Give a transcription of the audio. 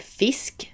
fisk